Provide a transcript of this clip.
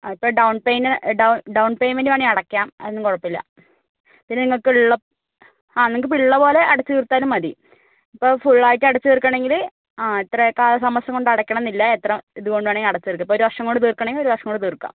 അതിപ്പോൾ down payment വേണമെങ്കിൽ അടക്കാം അതൊന്നും കുഴപ്പമില്ല പിന്നെ നിങ്ങൾക്കുള്ള ആ നിങ്ങൾക്കിപ്പോൾ ഉള്ളപോലെ അടച്ചു തീർത്താലും മതി ഇപ്പോൾ ഫുള്ളായിട്ട് അടച്ചു തീർക്കണമെങ്കിൽ ആ ഇത്ര കാലതാമസം കൊണ്ടടയ്ക്കണം എന്നില്ല എത്ര ഇതുകൊണ്ട് വേണമെങ്കിലും അടച്ചുതീർക്കാം ഇപ്പോൾ ഒരു വർഷം കൊണ്ട് തീർക്കണമെങ്കിൽ ഒരു വർഷം കൊണ്ട് തീർക്കാം